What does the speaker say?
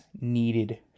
needed